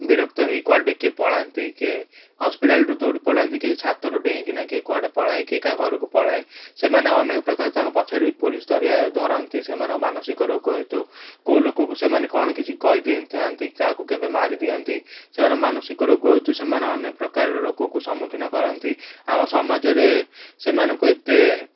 ବିରକ୍ତ ହୋଇ କୁଆଡ଼େ କିଏ ପଳାନ୍ତି କିଏ ହସ୍ପିଟାଲ ଠୁ ଦୌଡ଼ି ପଳାନ୍ତି କିଏ ଛାତରୁ ଡେଇଁକିନା କିଏ କୁଆଡ଼େ ପଳାଏ କିଏ କାହା ଘରକୁ ପଳାଏ ସେମାନେ ଅନେକପ୍ରକାର ତାଙ୍କ ପଛରେ ବି ପୋଲିସ ଧରିବା ଧରନ୍ତି ସେମାନଙ୍କ ମାନସିକ ରୋଗ ହେତୁ କେଉଁ ଲୋକକୁ ସେମାନେ କ'ଣ କିଛି କହିଦେଇଥାନ୍ତି କାହାକୁ କେବେ ମାରିଦିଅନ୍ତି ସେମାନଙ୍କ ମାନସିକ ରୋଗ ହେତୁ ସେମାନେ ଅନେକପ୍ରକାର ରୋଗକୁ ସମ୍ମୁଖୀନ କରନ୍ତି ଆମ ସମାଜରେ ସେମାନଙ୍କୁ ଏତେ